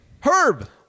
Herb